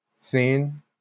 scene